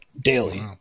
daily